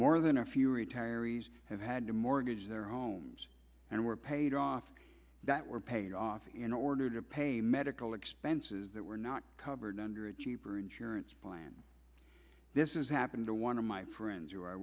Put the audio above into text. more than a few retirees have had to mortgage their omes and were paid off that were paid off in order to pay medical expenses that were not covered under a cheaper insurance plan this is happened to one of my friends who i